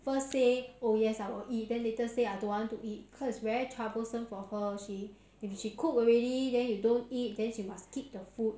first say oh yes I will eat then later say I don't want to eat cause it's very troublesome for her she if she cook already then you don't eat then she must keep the food